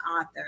author